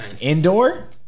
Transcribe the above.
Indoor